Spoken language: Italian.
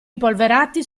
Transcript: impolverati